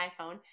iPhone